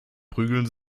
prügeln